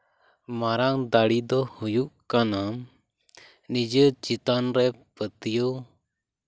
ᱢᱟᱨᱟᱝ ᱫᱟᱲᱮ ᱫᱚ ᱦᱩᱭᱩᱜ ᱠᱟᱱᱟ ᱱᱤᱡᱮᱨ ᱪᱮᱛᱟᱱ ᱨᱮ ᱯᱟᱹᱛᱭᱟᱹᱣ